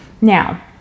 Now